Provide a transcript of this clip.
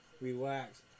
relax